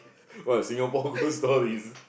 what Singapore ghost stories